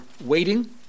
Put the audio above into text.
waiting